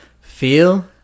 Feel